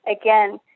again